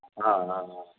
ஆ ஆ ஆ